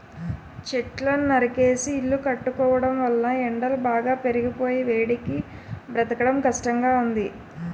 చెట్లను నరికేసి ఇల్లు కట్టుకోవడం వలన ఎండలు బాగా పెరిగిపోయి వేడికి బ్రతకడం కష్టంగా ఉంది